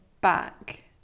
back